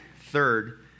Third